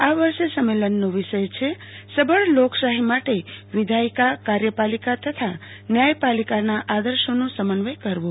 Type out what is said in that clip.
આ વર્ષે સંમેલનનો વિષય છે સબળ લોકશાહી માટે વિધાયીકા કાર્યપાલિકા તથા ન્યાયપાલિકાના આદર્શોનો સમન્વય કરવો